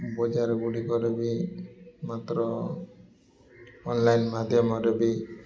ବଜାରଗୁଡ଼ିକରେ ବି ମାତ୍ର ଅନ୍ଲାଇନ୍ ମାଧ୍ୟମରେ ବି